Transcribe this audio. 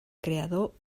creador